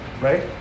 right